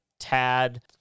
tad